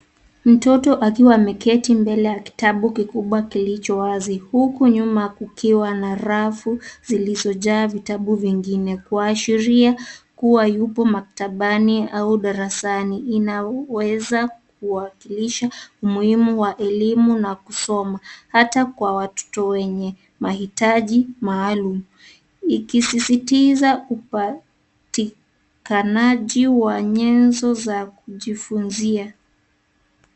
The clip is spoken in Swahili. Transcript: Mtoto akiwa ameketi mbele ya kitabu kikubwa kilicho wazi huku nyuma kukiwa na rafu zilizojaa vitabu vingine kuashiria kuwa yupo maktabani au darasani. Inaweza kuwakilisha umuhimu wa elimu na kusoma hata kwa watoto wenye mahitaji maalum. Ikisisitiza upatikanaji wa nyezo za kujifunzia.